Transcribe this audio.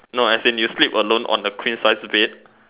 no as in you sleep alone on the queen size bed